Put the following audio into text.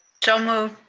so moved.